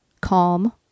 calm